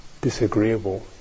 disagreeable